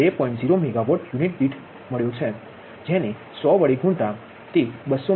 0 megawatt unit દીઠ જો તેને 100 વડે ગુણાકાર કરવામા આવે તો તમને મળશે 200 મેગાવોટ